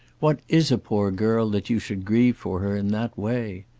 what is a poor girl that you should grieve for her in that way?